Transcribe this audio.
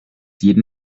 jeden